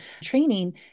training